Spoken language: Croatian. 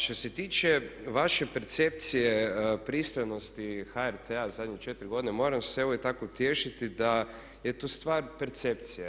Što se tiče vaše percepcije pristranosti HRT-a zadnje 4 godine moram se evo tako utješiti da je to stvar percepcije.